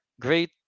great